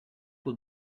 will